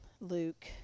Luke